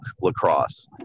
Lacrosse